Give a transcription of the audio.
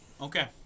Okay